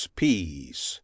peace